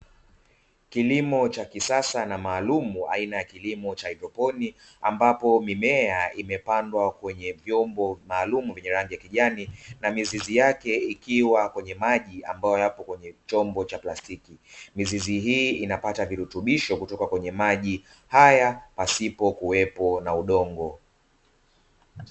Kilimo cha kisasa na maalumu aina ya kilimo cha haidroponi ambapo mimea imepandwa kwenye vyombo maalum vyenye rangi ya kijani na mizizi yake, ikiwa kwenye maji ambayo yapo kwenye chombo cha plastiki, mizizi hii inapata virutubisho kutoka kwenye maji haya pasipo kuwepo na udongo.